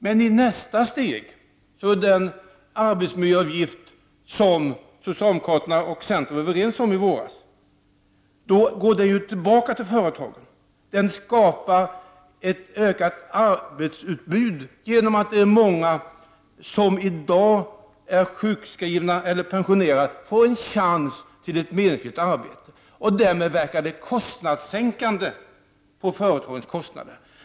Men i nästa steg går ju den miljöavgift som socialdemokraterna och centern var överens om i våras tillbaka till företagen. Den skapar ett ökat arbetsutbud genom att många som i dag är sjukskrivna eller pensionerade får en chans till ett meningsfullt arbete. Därmed verkar den kostnadssänkande för företagen.